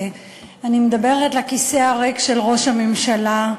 אני מדברת לכיסא הריק של ראש הממשלה,